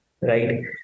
right